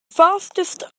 fastest